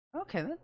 Okay